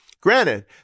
Granted